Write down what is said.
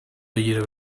بگیره